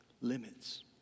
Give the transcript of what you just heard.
limits